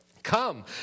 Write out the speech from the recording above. Come